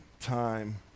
time